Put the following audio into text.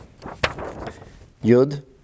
Yud